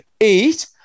eight